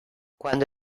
cuando